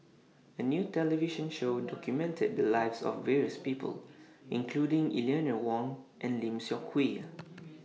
A New television Show documented The Lives of various People including Eleanor Wong and Lim Seok Hui